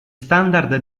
standard